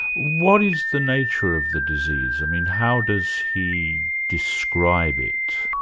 what is the nature of the disease? i mean how does he describe it?